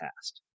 past